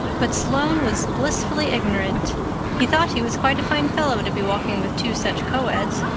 but sloane was blissfully ignorant he thought he was quite a fine fellow to be walking with two such coeds,